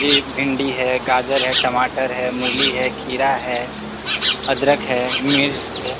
जी भिंडी है गाजर है टमाटर है मुली है खीरा है अदरक है मिर्च है